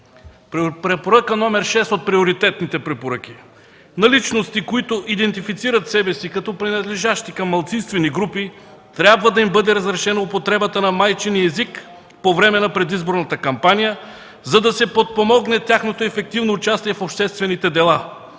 Препоръка № 6 от Приоритетните препоръки: „На личности, които идентифицират себе си като принадлежащи към малцинствени групи, трябва да им бъде разрешена употребата на майчиния език по време на предизборната кампания, за да се подпомогне тяхното ефективно участие в обществените дела.